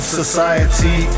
society